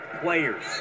players